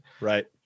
Right